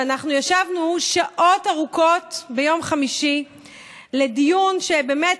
שאנחנו ישבנו שעות ארוכות ביום חמישי לדיון שבאמת,